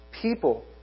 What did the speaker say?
people